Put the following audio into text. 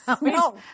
No